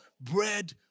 bread